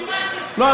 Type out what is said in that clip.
לא,